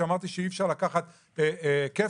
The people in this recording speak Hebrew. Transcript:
כשאמרתי שאי-אפשר לקחת כפל,